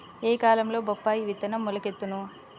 ఏ కాలంలో బొప్పాయి విత్తనం మొలకెత్తును?